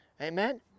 Amen